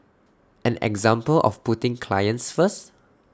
an example of putting clients first